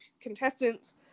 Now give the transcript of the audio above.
contestants